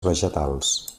vegetals